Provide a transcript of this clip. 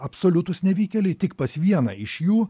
absoliutūs nevykėliai tik pas vieną iš jų